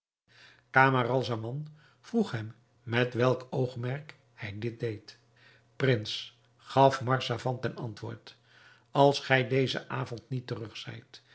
camaralzaman vroeg hem met welk oogmerk hij dit deed prins gaf marzavan ten antwoord als gij dezen avond niet terug zijt